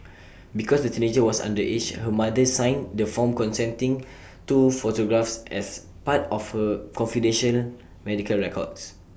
because the teenager was underage her mother signed the form consenting to photographs as part of her confidential medical records